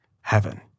heaven